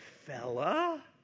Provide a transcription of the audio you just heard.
fella